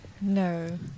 No